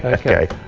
okay.